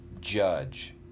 judge